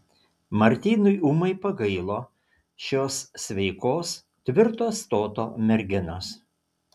martynui ūmai pagailo šios sveikos tvirto stoto merginos